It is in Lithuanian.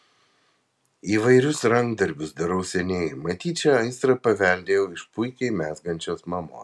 įvairius rankdarbius darau seniai matyt šią aistrą paveldėjau iš puikiai mezgančios mamos